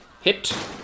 Hit